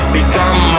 become